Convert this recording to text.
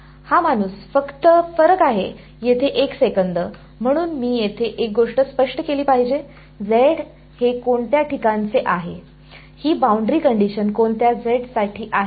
हा माणूस फक्त फरक आहे येथे 1 सेकंद म्हणून मी येथे एक गोष्ट स्पष्ट केली पाहिजे z हे कोणत्या ठिकाणचे आहे ही बाउंड्री कंडिशन कोणत्या z साठी आहे